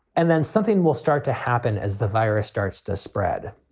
and then something will start to happen as the virus starts to spread.